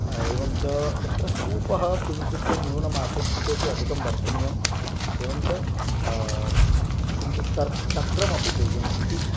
एवञ्च तत्र सूपः किञ्चित् न्यूनम् आसीत् इतोपि अधिकं वर्धनीयम् एवञ्च किञ्चित् तर् तक्रम् अपि देयम् इति